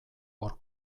hor